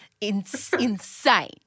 Insane